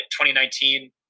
2019